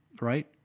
right